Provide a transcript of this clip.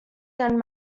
then